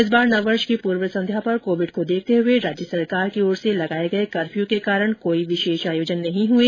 इस बार नववर्ष की पूर्व संध्या पर कोविड को देखते हए राज्य सरकार की ओर से लगाए गए कफर्य के कारण कोई आयोजन नहीं हुए